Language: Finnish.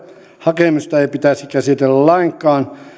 hakemusta ei pitäisi käsitellä lainkaan